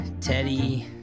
teddy